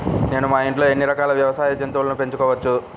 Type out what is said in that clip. నేను మా ఇంట్లో ఎన్ని రకాల వ్యవసాయ జంతువులను పెంచుకోవచ్చు?